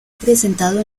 presentado